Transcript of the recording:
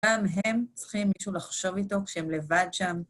גם הם צריכים מישהו לחשוב איתו כשהם לבד שם.